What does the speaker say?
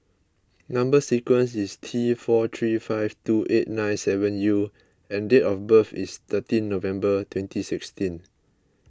Number Sequence is T four three five two eight nine seven U and date of birth is thirteen November twenty sixteen